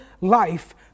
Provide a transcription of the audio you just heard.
life